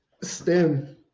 STEM